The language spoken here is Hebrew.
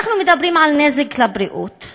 אנחנו מדברים על נזק לבריאות,